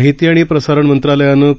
माहितीआणिप्रसारणमंत्रालयानं